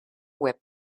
whip